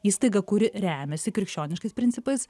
įstaiga kuri remiasi krikščioniškais principais